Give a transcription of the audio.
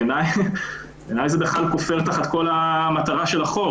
בעיני זה כופר על כל מטרת החוק.